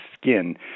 skin